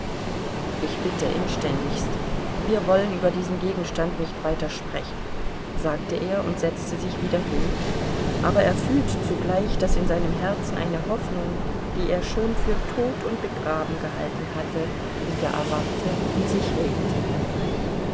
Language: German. ich bitte inständigst wir wollen über diesen gegenstand nicht weiter sprechen sagte er und setzte sich wieder hin aber er fühlte zugleich daß in seinem herzen eine hoffnung die er schon für tot und begraben gehalten hatte wieder erwachte und sich regte